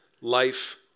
life